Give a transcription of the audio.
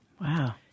Wow